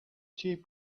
cheap